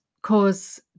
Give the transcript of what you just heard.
cause